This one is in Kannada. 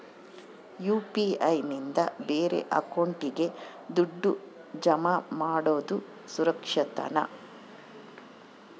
ಯು.ಪಿ.ಐ ನಿಂದ ಬೇರೆ ಅಕೌಂಟಿಗೆ ದುಡ್ಡು ಜಮಾ ಮಾಡೋದು ಸುರಕ್ಷಾನಾ?